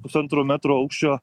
pusantro metro aukščio